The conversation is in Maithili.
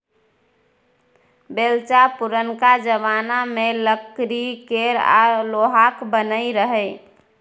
बेलचा पुरनका जमाना मे लकड़ी केर आ लोहाक बनय रहय